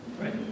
Right